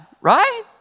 right